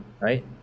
Right